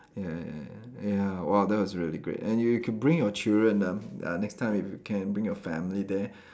ya ya ya ya !wah! that was really great and you can bring your children ah uh next time you can bring your family there